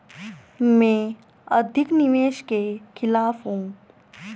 मैं अधिक निवेश के खिलाफ हूँ